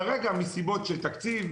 כרגע, מסיבות של תקציב,